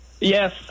Yes